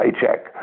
paycheck